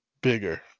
bigger